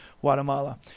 Guatemala